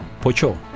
Pocho